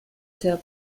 their